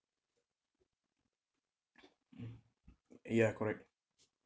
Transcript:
ya correct